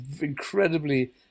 incredibly